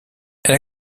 elle